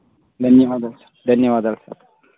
ధన్యవాదాలు సార్ ధన్యవాదాలు సార్